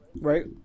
right